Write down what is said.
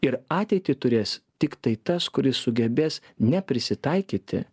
ir ateitį turės tiktai tas kuris sugebės ne prisitaikyti